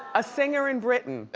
a singer in britain?